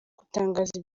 gutangaza